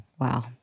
Wow